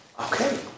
Okay